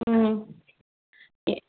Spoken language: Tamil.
ம் ஏ